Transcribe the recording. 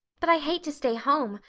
but i hate to stay home,